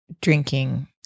drinking